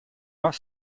are